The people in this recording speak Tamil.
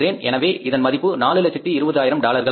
எனவே அதன் மதிப்பு 4 லட்சத்து 20 ஆயிரம் டாலர்களாகும்